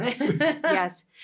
Yes